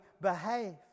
behave